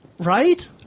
Right